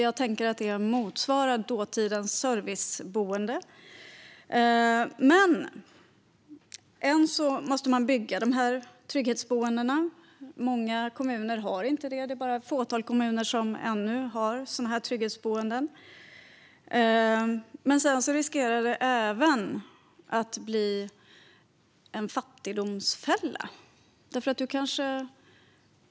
Jag tänker att det motsvarar dåtidens serviceboende. Men än måste man bygga trygghetsboendena. Många kommuner har inte det. Det är bara ett fåtal kommuner som har sådana trygghetsboenden. Det riskerar även att bli en fattigdomsfälla.